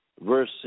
verse